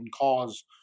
cause